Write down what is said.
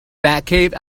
batcave